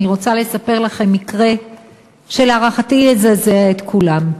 אני רוצה לספר לכם מקרה שלהערכתי יזעזע את כולם,